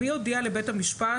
מי יודיע לבית המשפט